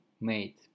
made